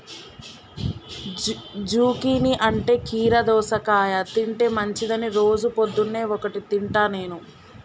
zucchini అంటే కీరా దోసకాయ తింటే మంచిదని రోజు పొద్దున్న ఒక్కటి తింటా నేను